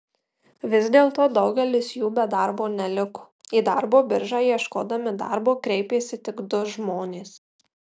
vis dėlto daugelis jų be darbo neliko į darbo biržą ieškodami darbo kreipėsi tik du žmonės